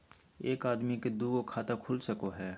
एक आदमी के दू गो खाता खुल सको है?